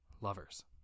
lovers